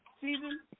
Season